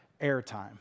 airtime